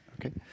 Okay